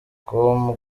com